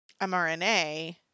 mRNA